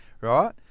right